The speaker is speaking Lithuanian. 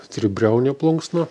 tribriaunė plunksna